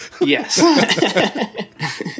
yes